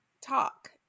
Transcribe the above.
talk